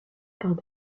par